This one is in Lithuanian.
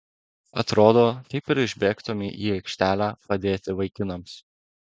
atrodo taip ir išbėgtumei į aikštelę padėti vaikinams